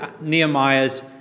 Nehemiah's